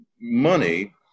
money